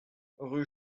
rue